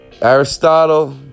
Aristotle